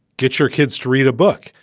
get your kids to read a book.